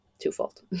twofold